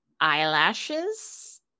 Eyelashes